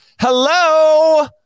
hello